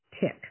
tick